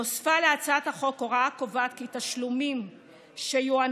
נוספה להצעת החוק הוראה הקובעת כי תשלומים שיוענקו